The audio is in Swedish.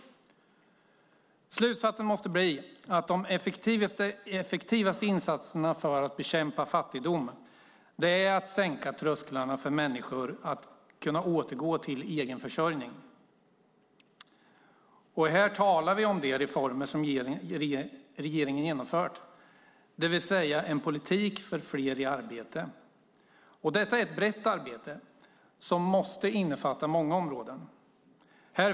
Slutsatsen måste bli att de effektivaste insatserna för att bekämpa fattigdom är att sänka trösklarna för att människor ska kunna återgå till egenförsörjning. Det handlar om de reformer som regeringen har genomfört, det vill säga en politik för fler i arbete. Det är ett brett arbete som måste innefatta många områden.